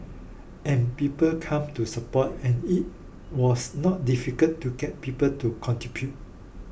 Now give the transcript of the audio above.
and people came to support and it was not difficult to get people to contribute